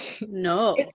No